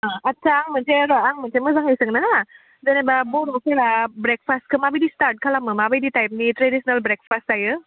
आदसा आं मोनसे आं मोनसे मोजांहाय सोंनो हो जेनोबा बर'फोरा ब्रेकफास्टखो माबायदि स्टार्ट खालामो माबायदि टाइपनि ट्रेडिसिनेल ब्रेकफास्ट जायो